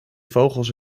vogels